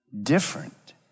different